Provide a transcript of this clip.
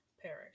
Parish